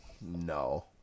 No